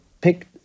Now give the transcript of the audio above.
pick